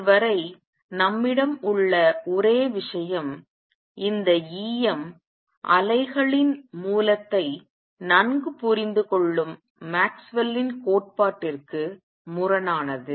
இதுவரை நம்மிடம் உள்ள ஒரே விஷயம் இந்த E m அலைகளின் மூலத்தை நன்கு புரிந்து கொள்ளும் மேக்ஸ்வெல்லின் கோட்பாட்டிற்கு Maxwell's theory முரணானது